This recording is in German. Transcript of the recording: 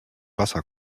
wasser